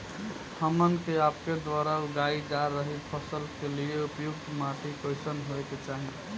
हमन के आपके द्वारा उगाई जा रही फसल के लिए उपयुक्त माटी कईसन होय के चाहीं?